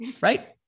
right